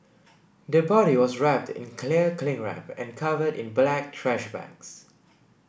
the body was wrapped in clear cling wrap and covered in black trash bags